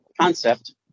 concept